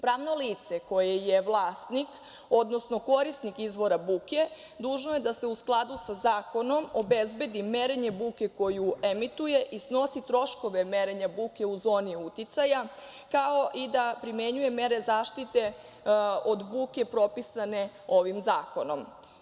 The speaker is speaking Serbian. Pravno lice koje je vlasnik, odnosno korisnik izvora buke dužno je da se u skladu sa zakonom obezbedi merenje buke koju emituje i snosi troškove merenja buke u zoni uticaja, kao i da primenjuje mere zaštite od buke propisane ovim zakonom.